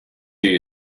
you